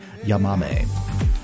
yamame